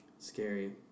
scary